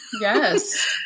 Yes